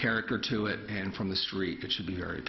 character to it and from the street it should be very